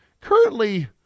currently